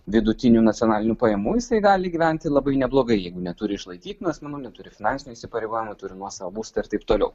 vidutinių nacionalinių pajamų jisai gali gyventi labai neblogai jeigu neturi išlaikytinų asmenų neturi finansinių įsipareigojimų turi nuosavą būstą ir taip toliau